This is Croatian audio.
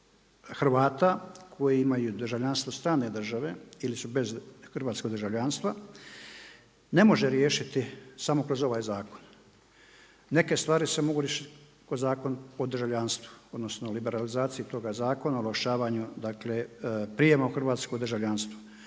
Hrvata koji imaju državljanstvo strane države ili su bez hrvatskog državljanstva ne može riješiti samo kroz ovaj zakon. Neke stvari se mogu kroz Zakon o državljanstvu, odnosno liberalizaciji toga zakona, …/Govornik se ne razumije./… dakle prijema u hrvatsko državljanstvo.